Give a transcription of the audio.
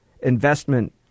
investment